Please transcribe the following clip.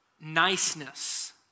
niceness